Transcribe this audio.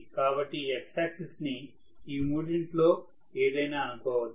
కాబట్టి X axis ని ఈ మూడింటిలో ఏదైనా అనుకోవచ్చు